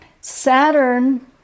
Saturn